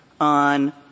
on